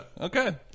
Okay